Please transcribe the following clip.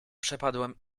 przepadłem